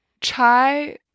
chai